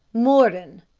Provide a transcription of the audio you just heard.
mordon?